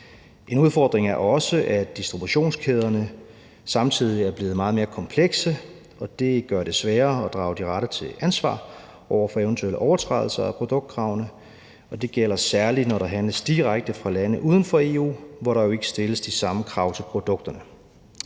En udfordring er også, at distributionskæderne samtidig er blevet meget mere komplekse, og det gør det sværere at drage de rette til ansvar over for eventuelle overtrædelser af produktkravene, og det gælder særligt, når der handles direkte fra lande uden for EU, hvor der jo ikke stilles de samme krav til produkterne.